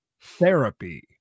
therapy